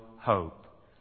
hope